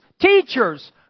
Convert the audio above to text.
teachers